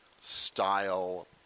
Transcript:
style